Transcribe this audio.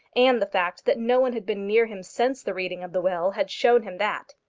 and the fact that no one had been near him since the reading of the will, had shown him that.